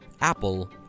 Apple